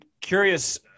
curious